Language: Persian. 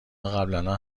قبلنا